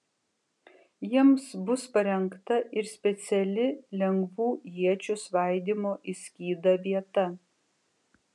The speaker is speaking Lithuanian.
jiems bus parengta ir speciali lengvų iečių svaidymo į skydą vieta